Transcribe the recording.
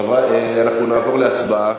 חברי, אנחנו נעבור להצבעה.